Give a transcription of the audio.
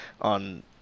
on